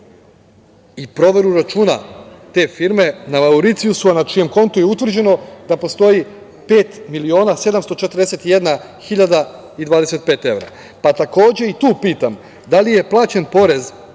i proveru računa te firme na Mauricijusu, a na čijem kontu je utvrđeno da postoji 5.741.025 evra. Pa takođe i tu pitam da li je plaćen porez